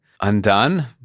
undone